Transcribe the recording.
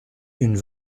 une